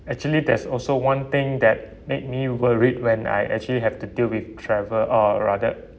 actually there's also one thing that made me worried when I actually have to deal with travel or rather